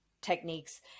techniques